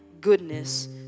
goodness